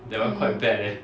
mm